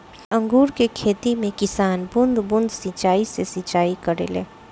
अंगूर के खेती में किसान बूंद बूंद सिंचाई से सिंचाई करेले